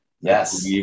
Yes